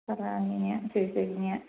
பரவாயில்லைங்க சரி சரிங்க